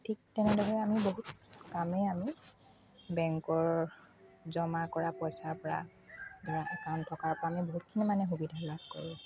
ঠিক তেনেদৰে আমি বহুত কামেই আমি বেংকৰ জমা কৰা পইচাৰ পৰা ধৰক একাউণ্ট থকাৰ পৰা আমি বহুতখিনি মানে সুবিধা লাভ কৰোঁ